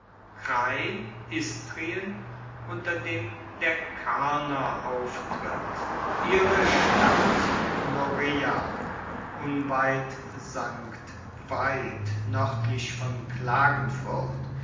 istrien unter dem der karner auftritt ihre stadt noreia unweit st veit nördlich von